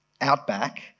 outback